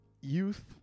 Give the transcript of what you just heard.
youth